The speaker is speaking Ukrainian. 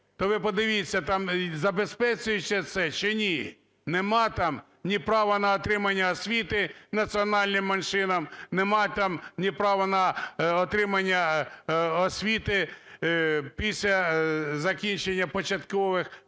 то ви подивіться, там забезпечується це чи ні, нема там ні права на отримання освіти національним меншинам, нема там ні права на отримання освіти після закінчення початкових